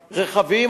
רכבים,